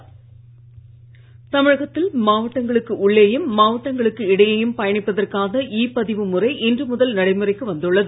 இ பதிவு தமிழகத்தில் மாவட்டங்களுக்கு உள்ளேயும் மாவட்டங்களுக்கு இடையேயும் பயணிப்பதற்கான இ பதிவு முறை இன்று முதல் நடைமுறைக்கு வந்துள்ளது